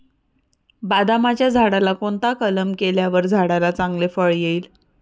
बदामाच्या झाडाला कोणता कलम केल्यावर झाडाला चांगले फळ येईल?